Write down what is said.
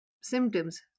symptoms